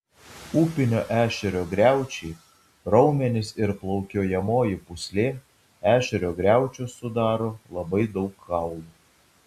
upinio ešerio griaučiai raumenys ir plaukiojamoji pūslė ešerio griaučius sudaro labai daug kaulų